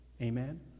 amen